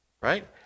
right